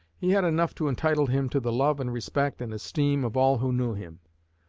he had enough to entitle him to the love and respect and esteem of all who knew him.